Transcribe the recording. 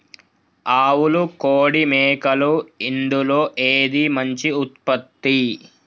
ఆవులు కోడి మేకలు ఇందులో ఏది మంచి ఉత్పత్తి?